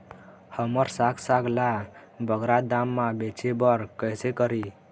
हमर साग साग ला बगरा दाम मा बेचे बर कइसे करी?